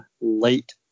late